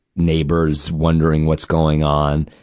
neighbors wondering what's going on.